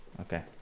Okay